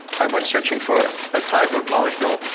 i went searching for a type of molecule,